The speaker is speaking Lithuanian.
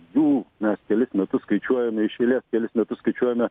jų mes kelis metus skaičiuojame iš eilės kelis metus skaičiuojame